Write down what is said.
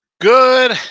Good